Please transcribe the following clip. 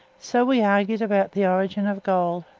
so we argued about the origin of gold,